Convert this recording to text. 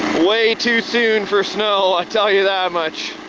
way too soon for snow, i tell you that much.